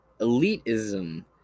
elitism